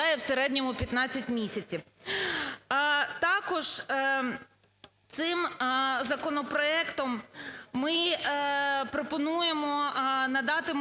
Також цим законопроектом ми пропонуємо надати деякі